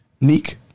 Neek